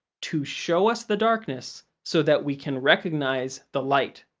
to show us the darkness so that we can recognize the light.